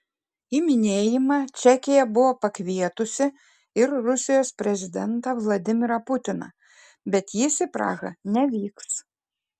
į minėjimą čekija buvo pakvietusi ir rusijos prezidentą vladimirą putiną bet jis į prahą nevyks